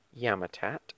Yamatat